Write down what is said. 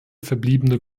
verbliebene